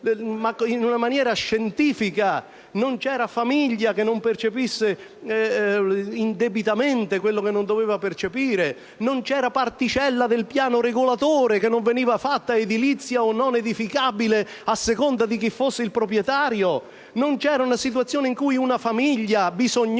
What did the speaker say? in una maniera scientifica. Non c'era famiglia che non percepisse indebitamente quello che non doveva percepire. Non c'era particella del piano regolatore che non venisse dichiarata edificabile o non edificabile a seconda di chi ne fosse proprietario. Non c'era situazione in cui, mentre una famiglia bisognosa